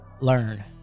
Learn